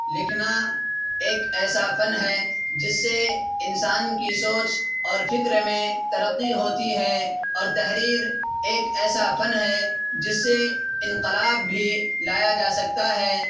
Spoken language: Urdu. لکھنا ایک ایسا فن ہے جس سے انسان کی سوچ اور فکر میں ترقی ہوتی ہے اور تحریر ایک ایسا فن ہے جس سے انقلاب بھی لایا جا سکتا ہے